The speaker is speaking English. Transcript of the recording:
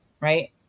right